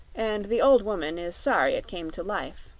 and the old woman is sorry it came to life.